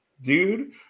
dude